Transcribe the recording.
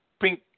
pink